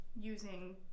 using